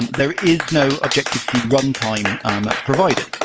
and there is no objective-c runtime that's provided,